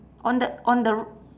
on the on the r~